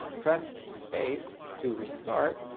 press space to restart.